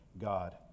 God